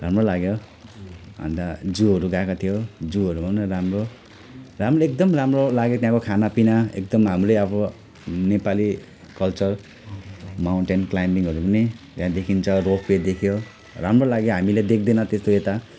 राम्रो लाग्यो अन्त जूहरू गएको थियौँ जूहरू पनि राम्रो राम्रो एकदम राम्रो लाग्यो त्यहाँको खानापिना एकदम हामीले अब नेपाली कल्चर माउन्टेन क्लाइमिङहरू पनि त्यहाँदेखि जब त्यो देख्यो राम्रो लाग्यो हामीले देख्दैन त्यस्तो यता